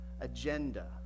agenda